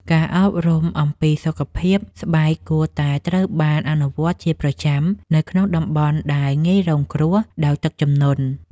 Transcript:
ការអប់រំអំពីសុខភាពស្បែកគួរតែត្រូវបានអនុវត្តជាប្រចាំនៅក្នុងតំបន់ដែលងាយរងគ្រោះដោយទឹកជំនន់។